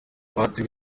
batewe